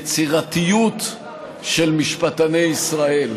ליצירתיות של משפטני ישראל.